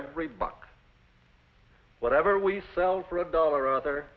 every buck whatever we sell for a dollar rather